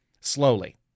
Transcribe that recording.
slowly